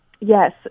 Yes